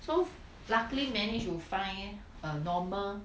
so f~ luckily managed to find a normal